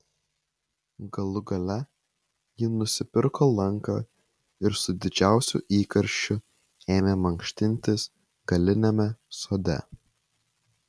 galų gale ji nusipirko lanką ir su didžiausiu įkarščiu ėmė mankštintis galiniame sode